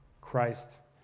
Christ